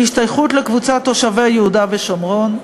השתייכות לקבוצת תושבי יהודה ושומרון,